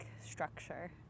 structure